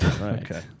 Okay